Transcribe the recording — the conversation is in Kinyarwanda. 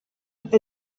ari